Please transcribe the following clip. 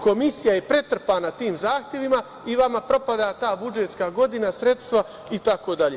Komisija je pretrpana tim zahtevima i vama propada ta budžetska godina, sredstva, itd.